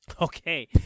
Okay